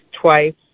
twice